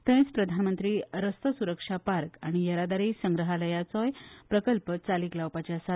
थंयच प्रधानमंत्री रस्तो सुरक्षा पार्क आनी येरादारी संग्रहालयाचोय प्रकल्प चालीक लावपाचो आसा